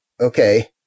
okay